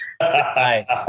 Nice